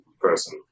person